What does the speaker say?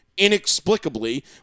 inexplicably